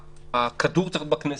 הכדור צריך להיות בכנסת,